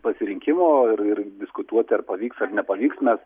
pasirinkimo ir ir diskutuoti ar pavyks ar nepavyks mes